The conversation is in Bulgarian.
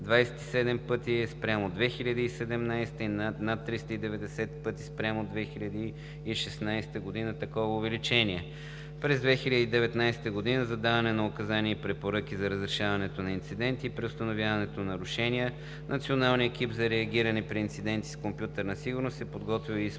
27 пъти спрямо 2017 г. и над 390 пъти спрямо 2016 г. През 2019 г. за даване на указания и препоръки за разрешаването на инциденти и за преустановяването на нарушения Националният екип за реагиране при инциденти с компютърната сигурност е подготвил и изпратил